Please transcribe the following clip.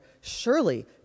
surely